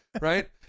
Right